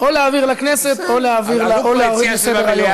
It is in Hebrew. המציע יכול או להעביר לכנסת או להוריד מסדר-היום.